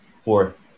fourth